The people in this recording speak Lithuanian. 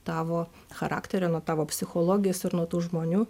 tavo charakterio nuo tavo psichologijos ir nuo tų žmonių